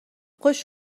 خوش